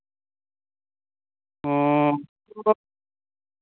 ᱚᱻ